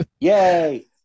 Yay